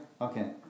Okay